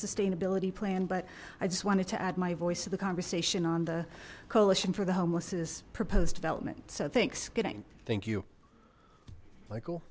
sustainability plan but i just wanted to add my voice to the conversation on the coalition for the homeless proposed development so thanks getting thank